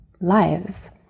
lives